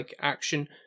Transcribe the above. action